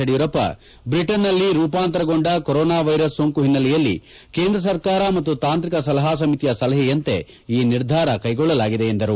ಯಡಿಯೂರಪ್ಪ ಬ್ರಿಟನ್ನಲ್ಲಿ ರೂಪಾಂತರಗೊಂಡ corona virus ಸೋಂಕು ಹಿನ್ನೆಲೆಯಲ್ಲಿ ಕೇಂದ್ರ ಸರ್ಕಾರ ಮತ್ತು ತಾಂತ್ರಿಕ ಸಲಹಾ ಸಮಿತಿಯ ಸಲಹೆಯಂತೆ ಈ ನಿರ್ಧಾರ ಕೈಗೊಳ್ಳಲಾಗಿದೆ ಎಂದರು